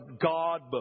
God